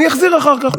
אני אחזיר אחר כך,